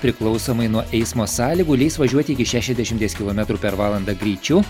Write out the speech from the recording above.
priklausomai nuo eismo sąlygų leis važiuoti iki šešiasdešimties kilometrų per valandą greičiu